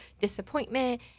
disappointment